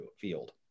field